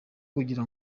kugira